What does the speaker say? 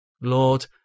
Lord